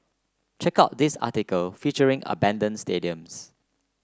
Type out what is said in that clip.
check out this article featuring abandoned stadiums